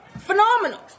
Phenomenal